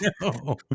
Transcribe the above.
No